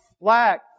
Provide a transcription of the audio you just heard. black